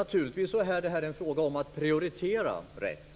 Naturligtvis är det här en fråga om att prioritera rätt.